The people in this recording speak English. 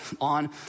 on